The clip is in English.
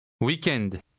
Weekend